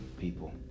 people